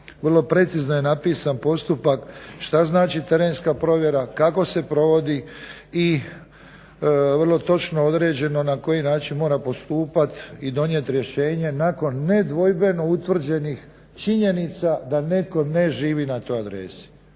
Vrlo precizno je napisan postupak šta znači terenska provjera, kako se provodi i vrlo točno određeno na koji način mora postupati i donijeti rješenje nakon nedvojbeno utvrđenih činjenica da netko ne živi na toj adresi.